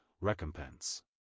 recompense